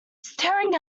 staring